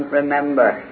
remember